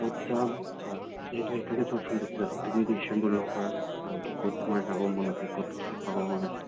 ক'ত যাম চোৱা সেইটো সেইকাৰণে তোমাক ফোন কৰিছোঁ যাতে তুমি ডিচিশ্যনবোৰ ল'ব পাৰা ভালকৈ ক'ত তোমাৰ যাব মন আছে ক'ত কি চাব মন আছে